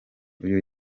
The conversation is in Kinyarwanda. uyu